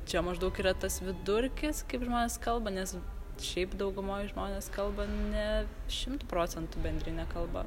čia maždaug yra tas vidurkis kaip žmonės kalba nes šiaip daugumoj žmonės kalba ne šimtu procentų bendrine kalba